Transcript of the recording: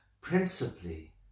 principally